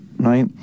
Right